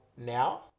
now